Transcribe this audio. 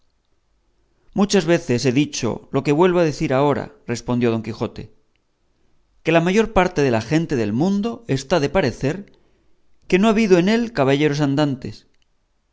muchas veces he dicho lo que vuelvo a decir ahora respondió don quijote que la mayor parte de la gente del mundo está de parecer de que no ha habido en él caballeros andantes